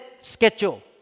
schedule